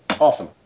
Awesome